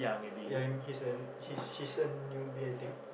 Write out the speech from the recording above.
ya he's a he's he's a newbie I think